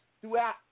throughout